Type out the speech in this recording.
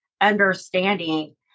understanding